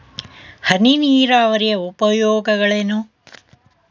ಹನಿ ನೀರಾವರಿಯ ಉಪಯೋಗಗಳೇನು?